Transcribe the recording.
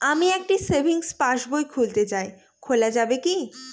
আমি একটি সেভিংস পাসবই খুলতে চাই খোলা যাবে কি?